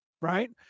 Right